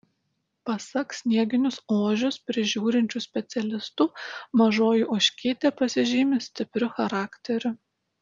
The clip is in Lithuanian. pasak snieginius ožius prižiūrinčių specialistų mažoji ožkytė pasižymi stipriu charakteriu